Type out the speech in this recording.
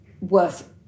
worth